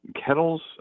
kettles